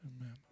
Amen